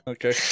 okay